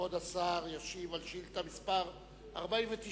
כבוד השר ישיב על שאילתא מס' 49,